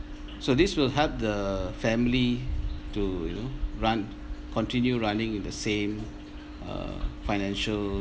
so this will help the family to you know run continue running with the same err financial